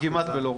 כמעט ולא רואים.